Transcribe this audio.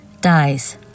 dies